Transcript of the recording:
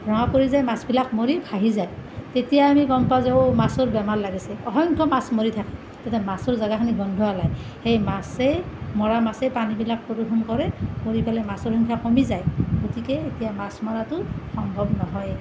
ৰঙা পৰি যাই মাছবিলাক মৰি ভাহি যায় তেতিয়া আমি গম পাওঁ যে অ' মাছৰ বেমাৰ লাগিছে অসংখ্য মাছ মৰি থাকে তেতিয়া মাছৰ জেগাখিনি গোন্ধ ওলায় সেই মাছেই মৰা মাছেই পানীবিলাক প্ৰদূষণ কৰে কৰি পেলাই মাছৰ সংখ্যা কমি যায় গতিকে এতিয়া মাছ মৰাটো সম্ভৱ নহয়েই